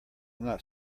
not